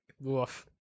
Woof